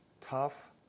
Tough